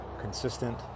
consistent